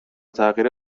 تغییر